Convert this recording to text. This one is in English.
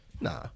Nah